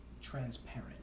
transparent